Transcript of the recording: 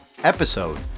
episode